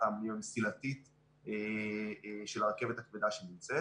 ההמונים המסילתית של הרכבת הכבדה שנמצאת,